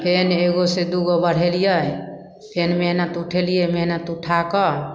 फेन एगो सँ दुगो बढ़ेलियै फेन मेहनत उठेलियै मेहनत उठाकऽ